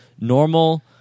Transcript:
normal